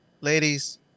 Ladies